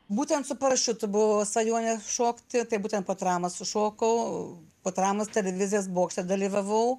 būtent su parašiutu buvo svajonė šokti tai būtent po traumos sušokau po traumos televizijos bokšte dalyvavau